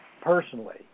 personally